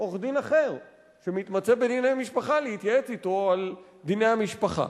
עורך-דין אחר שמתמצא בדיני משפחה להתייעץ אתו על ענייני המשפחה.